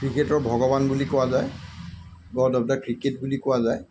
ক্ৰিকেটৰ ভগৱান বুলি কোৱা যায় গড অফ দা ক্ৰিকেট বুলি কোৱা যায়